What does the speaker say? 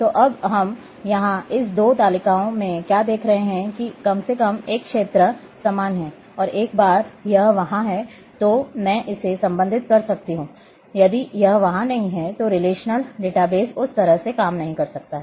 तो अब हम यहां इस दो तालिकाओं में क्या देख रहे हैं कि कम से कम एक क्षेत्र सामान्य है और एक बार यह वहां है तो मैं इसे संबंधित कर सकता हूं यदि यह वहां नहीं है तो रिलेशनल डेटाबेस उस तरह से काम नहीं कर सकता है